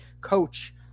coach